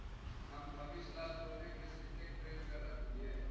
हम भविष्य ला सोने के सिक्के खरीद कर रख लिए